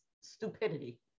stupidity